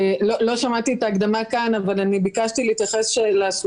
האשראי: בכנסת ישנן שתי קריאות נוגדות שיש לאזן ביניהן.